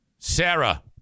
Sarah